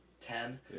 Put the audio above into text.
Ten